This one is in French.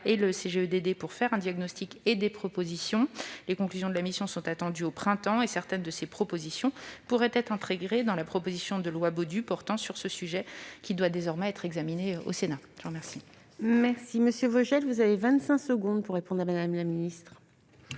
et le CGEDD pour faire un diagnostic et des propositions. Les conclusions de la mission sont attendues au printemps. Certaines de ces propositions pourraient être intégrées dans la proposition de loi Baudu, portant sur ce sujet, qui doit désormais être examinée au Sénat. La parole est à M. Jean Pierre Vogel, pour la réplique. Je vous remercie de cette